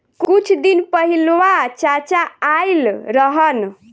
कुछ दिन पहिलवा चाचा आइल रहन